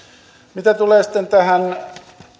mitä tulee sitten tähän